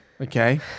okay